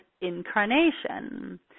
incarnation